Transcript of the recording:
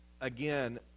again